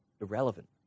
irrelevant